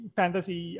fantasy